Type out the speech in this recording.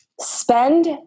spend